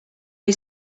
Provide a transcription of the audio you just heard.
ohi